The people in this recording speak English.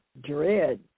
DREAD